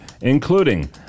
including